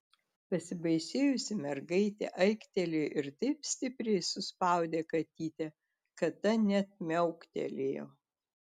pasibaisėjusi mergaitė aiktelėjo ir taip stipriai suspaudė katytę kad ta net miauktelėjo